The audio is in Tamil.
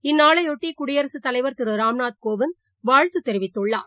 இந்நாளையொட்டிகுடியரசுத்தலைவர் திருராம்நாத் கோவிந்த் வாழ்த்துதெிவித்துள்ளார்